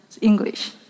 English